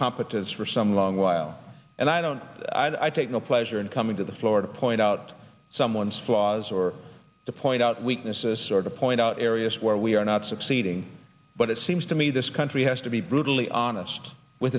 competence for some long while and i don't i take no pleasure in coming to the floor to point out someone's flaws or to point out weaknesses sort of point out areas where we are not succeeding but it seems to me this country has to be brutally honest with